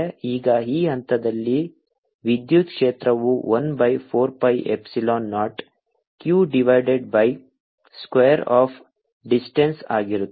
ಈಗ ಈ ಹಂತದಲ್ಲಿ ವಿದ್ಯುತ್ ಕ್ಷೇತ್ರವು 1 by 4 pi epsilon naught q divided by square of distance ಆಗಿರುತ್ತದೆ